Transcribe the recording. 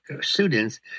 students